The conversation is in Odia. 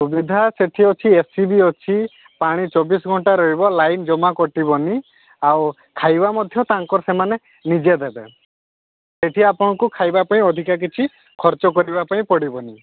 ସୁବିଧା ସେଠି ଅଛି ଏ ସି ବି ଅଛି ପାଣି ଚବିଶ ଘଣ୍ଟା ରହିବ ଲାଇନ୍ ଜମା କଟିବନି ଆଉ ଖାଇବା ମଧ୍ୟ ତାଙ୍କର ସେମାନେ ନିଜେ ଦେବେ ସେଠି ଆପଣଙ୍କୁ ଖାଇବା ପାଇଁ ଅଧିକା କିଛି ଖର୍ଚ୍ଚ କରିବା ପାଇଁ ପଡ଼ିବନି